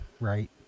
right